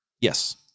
yes